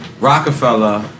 Rockefeller